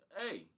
hey